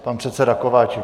Pan předseda Kováčik.